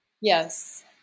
yes